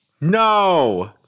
no